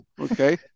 Okay